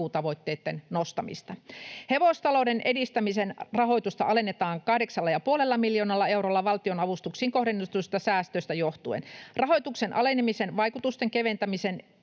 hakkuutavoitteitten nostamista. Hevostalouden edistämisen rahoitusta alennetaan kahdeksalla ja puolella miljoonalla eurolla valtionavustuksiin kohdennetuista säästöistä johtuen. Rahoituksen alenemisen vaikutusten keventämiseen